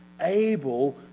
able